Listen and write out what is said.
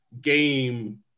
game